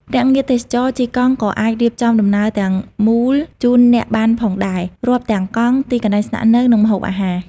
ភ្នាក់ងារទេសចរណ៍ជិះកង់ក៏អាចរៀបចំដំណើរទាំងមូលជូនអ្នកបានផងដែរ រាប់ទាំងកង់ ទីកន្លែងស្នាក់នៅ និងម្ហូបអាហារ។